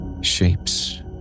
Shapes